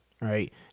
Right